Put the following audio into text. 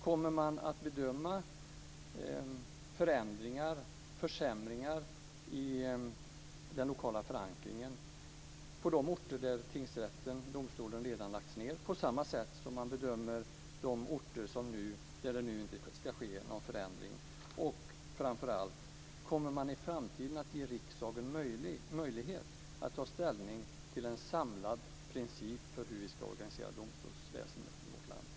Kommer man att bedöma förändringar och försämringar i den lokala förankringen på de orter där tingsrätten eller domstolen redan lagts ned på samma sätt som man bedömer situationen på de orter där det inte ska ske någon förändring? Kommer man i framtiden att ge riksdagen möjlighet att ta ställning till en samlad princip för hur vi ska organisera domstolsväsendet i vårt land?